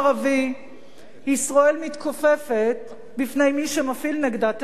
ישראל מתכופפת בפני מי שמפעיל נגדה טרור,